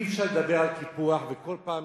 אי-אפשר לדבר על קיפוח וכל פעם